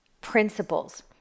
principles